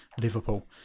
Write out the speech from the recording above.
Liverpool